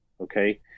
Okay